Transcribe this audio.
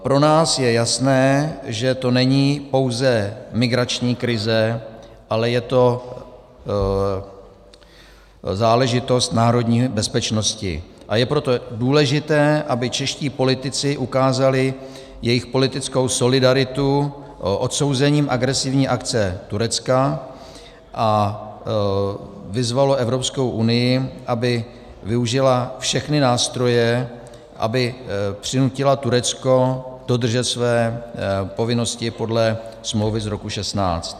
Pro nás je jasné, že to není pouze migrační krize, ale je to záležitost národní bezpečnosti, a je proto důležité, aby čeští politici ukázali svou politickou solidaritu odsouzením agresivní akce Turecka a vyzvali Evropskou unii, aby využila všechny nástroje, aby přinutila Turecko dodržet své povinnosti podle smlouvy z roku 2016.